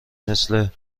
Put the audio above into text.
مثل